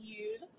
use